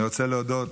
אני רוצה להודות